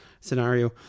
scenario